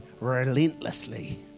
relentlessly